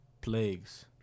plagues